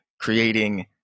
creating